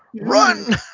Run